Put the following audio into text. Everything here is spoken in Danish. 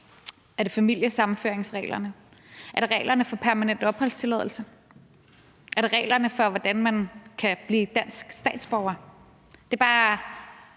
Er det familiesammenføringsreglerne? Er det reglerne for permanent opholdstilladelse? Er det reglerne for, hvordan man kan blive dansk statsborger? Det er lidt